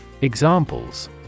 Examples